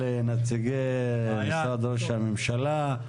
לנציגי משרד ראש הממשלה.